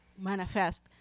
manifest